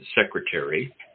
Secretary